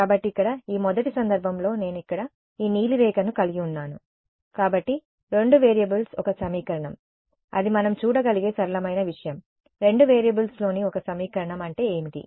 కాబట్టి ఇక్కడ ఈ మొదటి సందర్భంలో నేను ఇక్కడ ఈ నీలి రేఖను కలిగి ఉన్నాను కాబట్టి రెండు వేరియబుల్స్ ఒక సమీకరణం అది మనం చూడగలిగే సరళమైన విషయం రెండు వేరియబుల్స్లోని ఒక సమీకరణం అంటే ఏమిటి